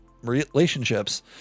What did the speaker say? relationships